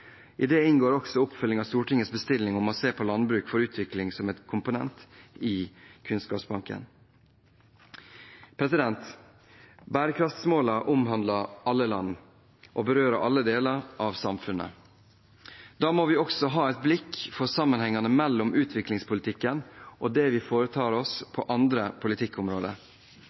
I dette inngår også oppfølging av Stortingets bestilling om å se på landbruk for utvikling som en komponent i Kunnskapsbanken. Bærekraftsmålene omfatter alle land og berører alle deler av samfunnet. Da må vi også ha et blikk for sammenhengene mellom utviklingspolitikken og det vi foretar oss på andre politikkområder.